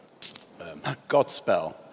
Godspell